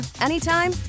anytime